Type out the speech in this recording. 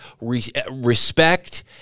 respect